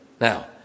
Now